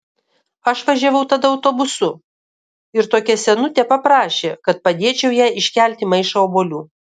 aš važiavau tada autobusu ir tokia senutė paprašė kad padėčiau jai iškelti maišą obuolių